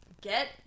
Get